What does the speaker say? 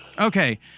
Okay